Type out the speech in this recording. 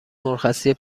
مرخصی